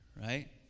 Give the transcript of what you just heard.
Right